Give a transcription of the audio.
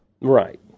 Right